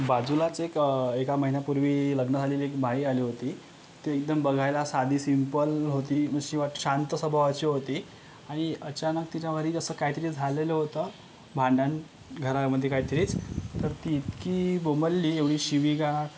बाजूलाच एक एका महिन्यापूर्वी लग्न झालेली एक बाई आली होती ती एकदम बघायला साधी सिंपल होती शिवाय शांत स्वभावाची होती आणि अचानक तिच्यावर असं काहीतरी असं झालेलं होतं भांडण घरामध्ये काहीतरीच तर ती इतकी बोंबलली एवढी शिवीगाळ